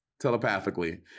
telepathically